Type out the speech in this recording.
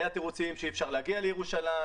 היו תירוצים שאי אפשר להגיע לירושלים,